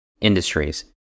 industries